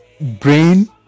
brain